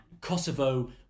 Kosovo